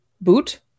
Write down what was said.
boot